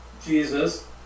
Jesus